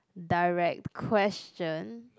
direct question